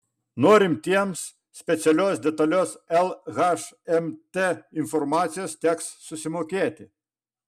norintiems specialios detalios lhmt informacijos teks susimokėti